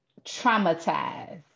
traumatized